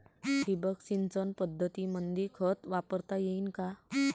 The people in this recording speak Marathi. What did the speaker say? ठिबक सिंचन पद्धतीमंदी खत वापरता येईन का?